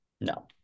No